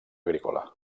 agrícola